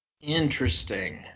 Interesting